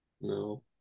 No